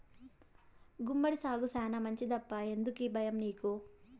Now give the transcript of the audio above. గుమ్మడి సాగు శానా మంచిదప్పా ఎందుకీ బయ్యం నీకు